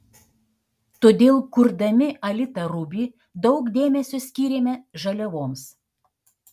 todėl kurdami alita ruby daug dėmesio skyrėme žaliavoms